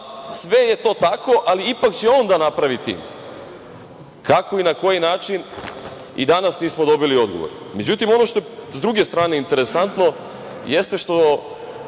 sve je to tako, ali ipak će on da napravi tim. Kako i na koji način i danas nismo dobili odgovor.Međutim, ono što je s druge strane interesantno, jeste što